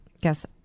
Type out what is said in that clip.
guess